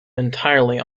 entirely